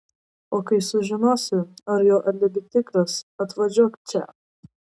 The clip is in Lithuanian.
o kai sužinosi ar jo alibi tikras atvažiuok čia